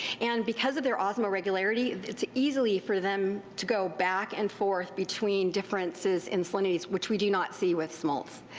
and because of their osmoregularity, itis easy for them to go back and forth between differences in salinities, which we do not see with smolts.